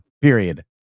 period